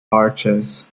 arches